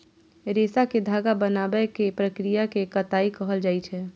रेशा कें धागा बनाबै के प्रक्रिया कें कताइ कहल जाइ छै